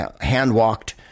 hand-walked